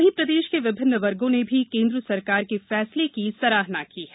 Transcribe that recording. वहीं प्रदेश के विभिन्न वर्गों ने भी केंद्र सरकार के फैसले की सराहना की है